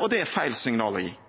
og det er feil signal å gi. Når forskjellene øker i